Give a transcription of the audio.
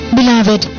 Beloved